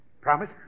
Promise